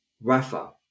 Rafa